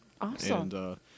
Awesome